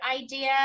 idea